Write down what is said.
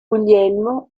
guglielmo